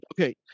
Okay